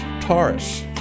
Taurus